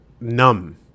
numb